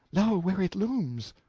lo, where it looms!